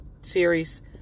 series